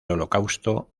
holocausto